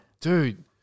Dude